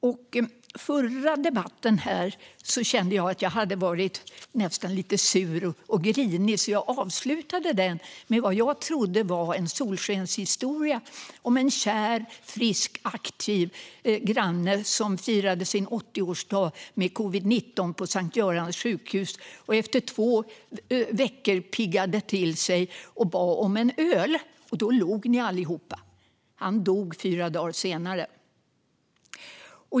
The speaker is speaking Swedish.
Under den förra debatten kände jag att jag hade varit nästan lite sur och grinig, så jag avslutade med vad jag trodde var en solskenshistoria om en kär, frisk och aktiv granne som firade sin 80-årsdag med covid-19 på Sankt Görans sjukhus. Jag berättade att han efter två veckor piggnade till och bad om en öl, och då log ni allihop. Han dog fyra dagar senare.